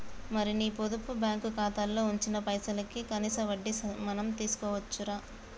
మరి నీ పొదుపు బ్యాంకు ఖాతాలో ఉంచిన పైసలకి కనీస వడ్డీ మనం తీసుకోవచ్చు రా